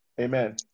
Amen